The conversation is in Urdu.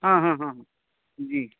ہاں ہاں ہاں ہاں جی